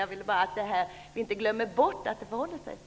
Jag vill att vi inte skall glömma bort att det förhåller sig så.